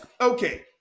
Okay